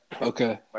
okay